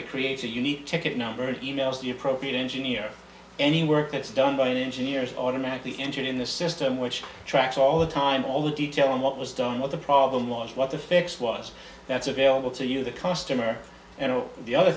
it creates a unique ticket number of e mails the appropriate in any work that's done by engineers automatically engine in the system which tracks all the time all the detail on what was done what the problem was what the fix was that's available to you the customer and the other